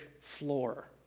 floor